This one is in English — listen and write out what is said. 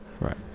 right